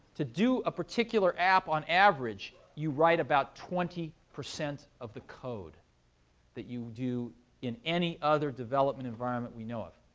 to do a particular app on average, you write about twenty percent of the code that you do in any other development environment we know of.